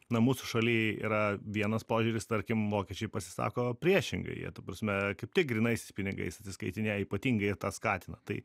na mūsų šalyje yra vienas požiūris tarkim vokiečiai pasisako priešingai jie ta prasme kaip tik grynaisiais pinigais atsiskaitinėja ypatingai jie tą skatina tai